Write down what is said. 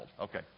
Okay